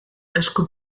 esku